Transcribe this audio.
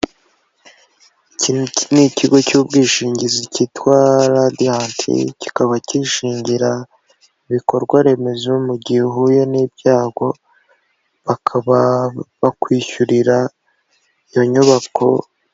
Iki ni ikigo cy'ubwishingizi cyitwa RADIANT, kikaba kishingira ibikorwa remezo mu gihe uhuye n'ibyago, bakaba bakwishyurira iyo nyubako.